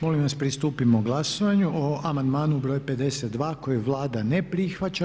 Molim vas pristupimo glasovanju o amandmanu br. 52. koji Vlada ne prihvaća.